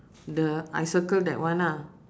the I circle that one ah